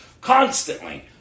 constantly